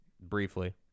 Briefly